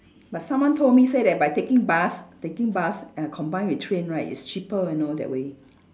but someone told me say that by taking bus taking bus and I combine with train right is cheaper you know that way